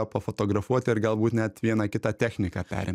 pafotografuoti ir galbūt net vieną kitą techniką perim